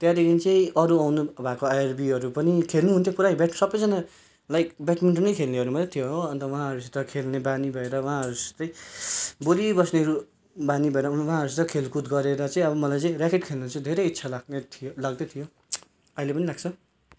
त्यहाँदेखि चाहिँ अरू आउनुभएको आइआरबीहरू पनि खेल्नुहुन्थ्यो पुरै ब्याड् सबैजनालाई ब्याडमिन्टन नै खेल्नेहरू मात्रै थियो हो अन्त उहाँहरूसित खेल्ने बानी भएर उहाँहरूसितै बोली बस्ने बानी भएर उहाँहरूसित खेलकुद गरेर चाहिँ अब मलाई चाहिँ ऱ्याकेट खेल्नु चाहिँ धेरै इच्छा लाग्ने थियो लाग्दथ्यो अहिले पनि लाग्छ